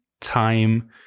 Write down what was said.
time